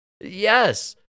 Yes